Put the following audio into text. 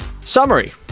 Summary